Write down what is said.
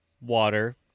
water